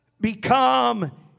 become